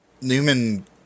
Newman